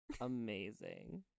Amazing